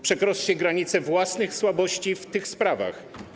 Przekroczcie granicę własnych słabości w tych sprawach.